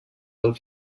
del